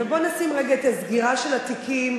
ובוא נשים רגע את הסגירה של התיקים,